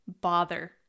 bother